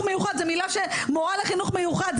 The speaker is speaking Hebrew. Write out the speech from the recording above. מורה לחינוך מיוחד,